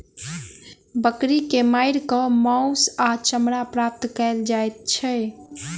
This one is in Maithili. बकरी के मारि क मौस आ चमड़ा प्राप्त कयल जाइत छै